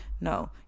No